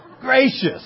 gracious